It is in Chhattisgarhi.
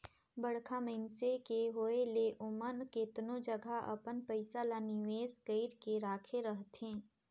बड़खा मइनसे के होए ले ओमन केतनो जगहा अपन पइसा ल निवेस कइर के राखे रहथें